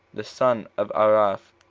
the son of araph,